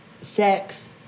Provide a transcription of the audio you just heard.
sex